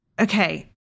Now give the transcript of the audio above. okay